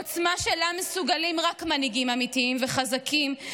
עוצמה שלה מסוגלים רק מנהיגים אמיתיים וחזקים,